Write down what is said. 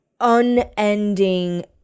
unending